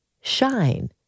shine